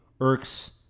irks